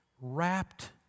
wrapped